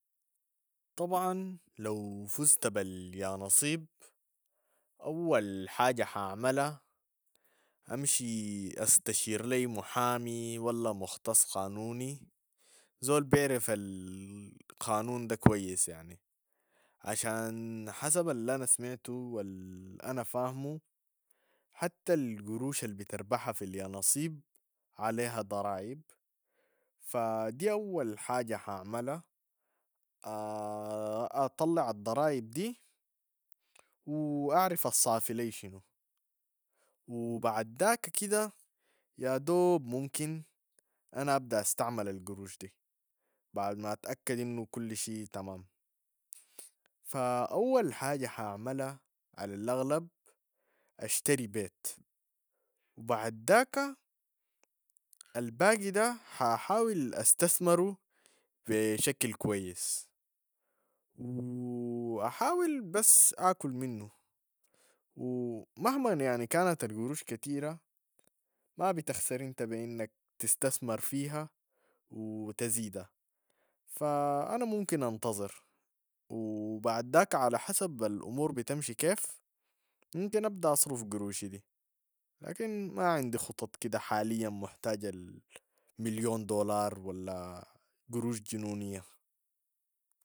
طبعا لو فزت باليانصيب اول حاجة حعملها امشي استشير لي محامي ولا مختص قانوني زول بيعرف القانون ده كويس يعني، عشان حسب الانا سمعته و ال- انا فاهمو حتى القروش البتربحها في اليانصيب عليها ضرايب ف- دي اول حاجة حاعملها، اطلع الضرايب دي و اعرف الصافي لي شنو و بعد داك كده يادوب ممكن انا ابدا استعمل القروش دي، بعد ما اتأكد انو كل شي تمام، فاول حاجة حاعملها على الاغلب اشتري بيت و بعد داك الباقي ده حاحاول استثمره بشكل كويس و احاول بس اكل منو و مهما يعني كانت القروش كتيرة ما بتخسر انت بانك تستثمر فيها و تزيدها، ف- انا ممكن انتظر و بعد داك على حسب الامور بتمشي كيف، امكن ابدأ اصرف القروش دي، لكن ما عندي خطط كده حاليا محتاجة ال- مليون دولار ولا قروش جنونية.